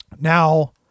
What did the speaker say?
Now